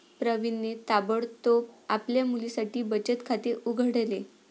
प्रवीणने ताबडतोब आपल्या मुलीसाठी बचत खाते उघडले